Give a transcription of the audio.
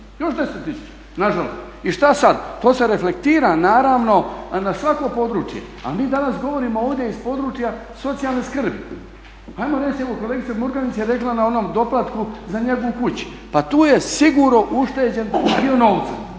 još 10 000 nažalost. I šta sad? To se reflektira naravno na svako područje, a mi danas govorimo ovdje iz područja socijalne skrbi. Ajmo reći evo kolegica Murganić je rekla na onom doplatku za njegu u kući, pa tu je sigurno ušteđen dio novca,